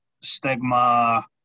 stigma